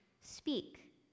speak